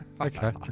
Okay